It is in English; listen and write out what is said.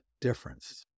difference